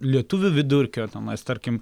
lietuvių vidurkio tenais tarkim